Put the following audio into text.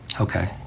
Okay